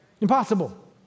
Impossible